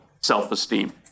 self-esteem